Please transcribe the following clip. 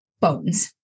bones